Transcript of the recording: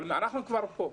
אנחנו כבר פה.